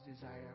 desire